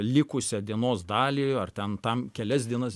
likusią dienos dalį ar ten tam kelias dienas